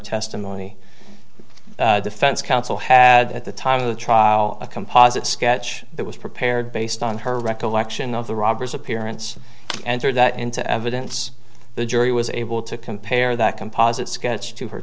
testimony the defense counsel had at the time of the trial a composite sketch that was prepared based on her recollection of the robbers appearance and through that into evidence the jury was able to compare that composite sketch to her